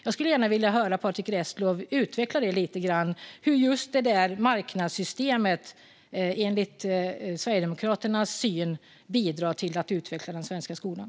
Jag skulle gärna vilja höra Patrick Reslow utveckla lite grann hur just marknadssystemet enligt Sverigedemokraternas syn bidrar till att utveckla den svenska skolan.